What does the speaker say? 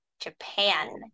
japan